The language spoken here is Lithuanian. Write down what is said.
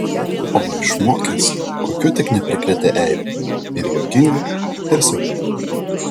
o išmokęs kokių tik neprikrėtė eibių ir juokingų ir siaubingų